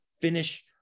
finish